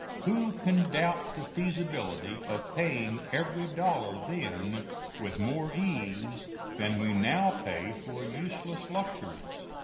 who can doubt the feasibility of paying every dollar then with more ease than we now pay for useless luxuries?